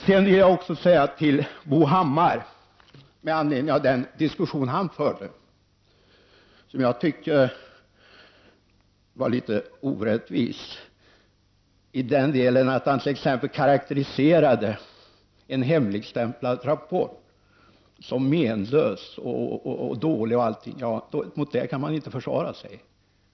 Sedan vill jag säga följande till Bo Hammar med anledning av den diskussion som han förde och som jag tycker var litet orättvis så till vida att han t.ex. karakteriserade en hemligstämplad rapport som menlös, dålig och allt vad det nu var. Mot sådant kan man inte försvara sig.